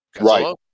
right